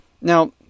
Now